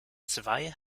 zwei